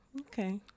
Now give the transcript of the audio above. Okay